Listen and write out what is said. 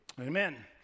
amen